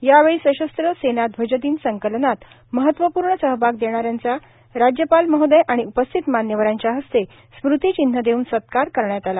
यावेळी सशस्त्र सेना ध्वज दिन संकलनात महत्वपूर्ण सहभाग देणाऱ्यांचा राज्यपाल महोदय आणि उपस्थित मान्यवरांच्या हस्ते स्मृतिचिन्ह देऊन सत्कार करण्यात आला